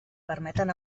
permeten